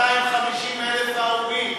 250,000 הרוגים,